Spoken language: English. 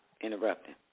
Interrupting